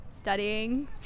Studying